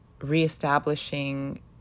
reestablishing